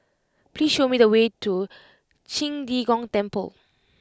please show me the way to Qing De Gong Temple